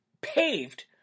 paved